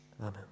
Amen